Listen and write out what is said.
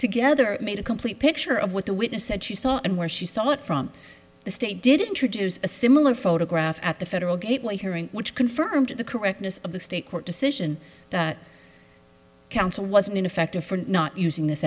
together made a complete picture of what the witness said she saw and where she saw it from the state did introduce a similar photograph at the federal gateway hearing which confirmed the correctness of the state court decision that counsel was in effect different not using this